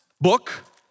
book